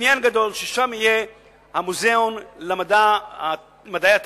בניין גדול ששם יהיה מוזיאון למדעי הטבע,